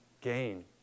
gain